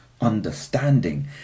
understanding